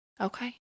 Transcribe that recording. Okay